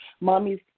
mommy's